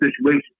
situation